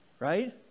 right